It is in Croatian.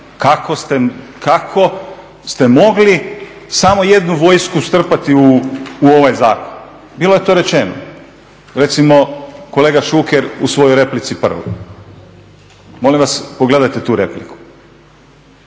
kako ste mogli samo jednu vojsku strpati u ovaj zakon, bilo je to rečeno. Recimo, kolega Šuker u svojoj replici prvoj. Molim vas pogledajte tu repliku.